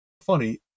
funny